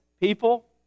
people